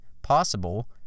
possible